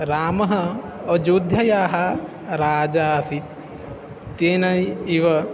रामः अयोध्यायाः राजा आसीत् तेन इव